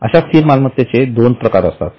अश्या स्थिर मालमत्तेचे दोन प्रकार असतात